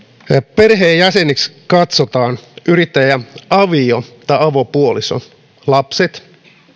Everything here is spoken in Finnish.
perheenjäseniksi katsotaan yrittäjän avio tai avopuoliso lapset